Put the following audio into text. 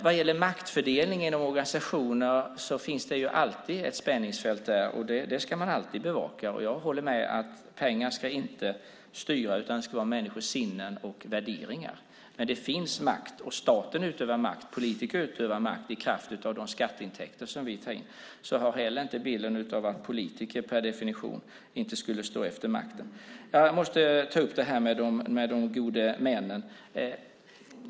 Vad gäller maktfördelningen inom organisationer finns det alltid ett spänningsfält. Det ska man alltid bevaka. Jag håller med om att pengar inte ska styra utan att det ska vara människors sinnen och värderingar. Men det finns makt. Staten utövar makt. Politiker utövar makt i kraft av de skatteintäkter som vi tar in. Ha heller inte bilden av att politiker per definition inte skulle stå efter makten! Jag måste ta upp frågan om gode männen.